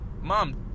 mom